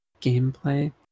gameplay